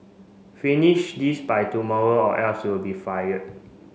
finish this by tomorrow or else you'll be fired